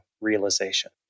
realization